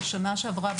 בשנה שעברה,